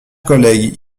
collègues